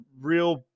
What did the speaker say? real